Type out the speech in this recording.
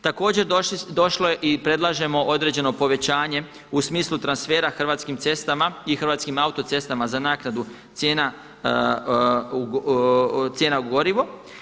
Također došlo je i predlažemo određeno povećanje u smislu transfera Hrvatskim cestama i Hrvatskim autocestama za naknadu cijena gorivo.